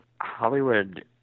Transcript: Hollywood